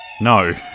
No